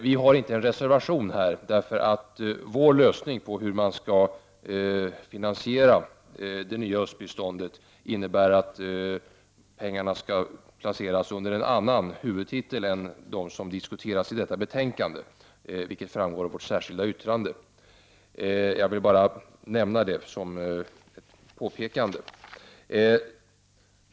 Vi har inte någon reservation här, utan vår lösning till finansiering av det nya östbiståndet innebär, vilket framgår av vårt särskilda yttrande, att pengarna skall placeras under en annan huvudtitel än den som diskuteras i detta betänkande. Jag ville bara nämna det som ett påpekande.